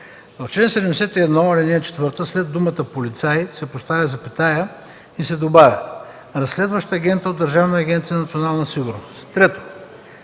В чл. 71, ал. 4 след думата „полицай“ се поставя запетая и се добавя „разследващ агент от Държавна агенция „Национална сигурност“. 3.